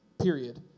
period